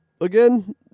Again